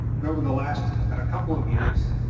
but over the last couple of years,